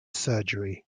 surgery